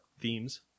themes